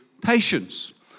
patience